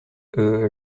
euh